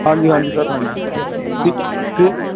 ਹਾਂਜੀ ਹਾਂਜੀ ਸਰ ਹਾਂਜੀ ਠੀਕ ਠੀਕ